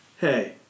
Hey